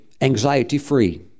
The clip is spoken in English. anxiety-free